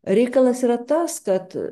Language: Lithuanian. reikalas yra tas kad